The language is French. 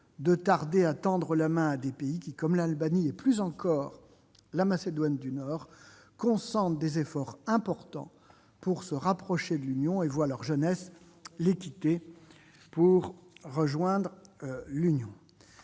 de tarder à tendre la main à des pays comme l'Albanie et, plus encore, la Macédoine du Nord, qui consentent des efforts importants pour se rapprocher de l'Union et voient leur jeunesse les quitter pour nous rejoindre.